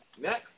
Next